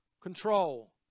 control